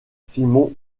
simon